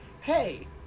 Hey